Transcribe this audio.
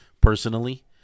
personally